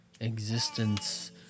existence